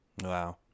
Wow